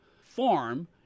form